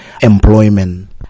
employment